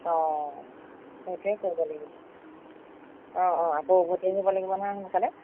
অঁ সেইটোৱে কৰিব লাগিব অঁ অঁ আকৌ উভতি আহিব লাগিব নহয় সোনকালে